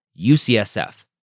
UCSF